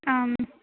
आम्